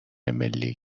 ملی